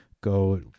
Go